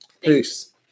Peace